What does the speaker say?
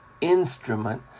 instrument